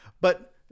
But